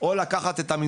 לא רק שהם צריכים,